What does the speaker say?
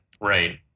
right